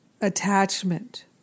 attachment